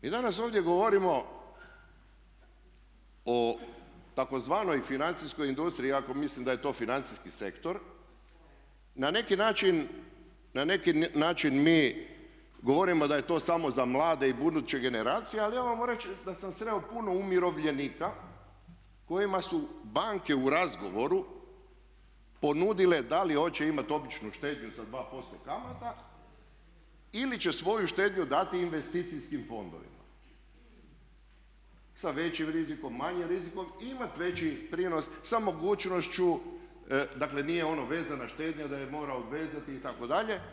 Mi danas ovdje govorimo o tzv. financijskoj industriji, iako mislim da je to financijski sektor, na neki način mi govorimo da je to samo za mlade i buduće generacije ali ja vam mogu reći da sam sreo puno umirovljenika kojima su banke u razgovoru ponudile da li hoće imati običnu štednju za 2% kamata ili će svoju štednju dati investicijskim fondovima sa većim rizikom, manjim rizikom i imati veći prinos sa mogućnošću, dakle nije ono vezana štednja da je mora obvezati itd.